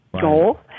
goal